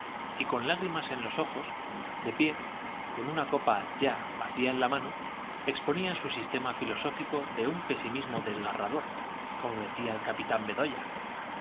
y con lágrimas en los ojos de pie con una copa ya vacía en la mano exponía su sistema filosófico de un pesimismo desgarrador como decía el capitán bedoya